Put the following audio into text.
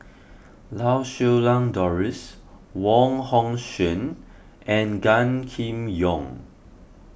Lau Siew Lang Doris Wong Hong Suen and Gan Kim Yong